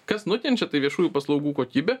kas nukenčia tai viešųjų paslaugų kokybė